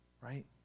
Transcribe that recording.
right